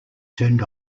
turned